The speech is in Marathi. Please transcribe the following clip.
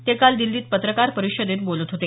ते काल दिछीत पत्रकार परिषदेत बोलत होते